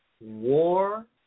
War